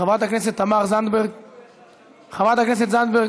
חברת הכנסת מיכל רוזין,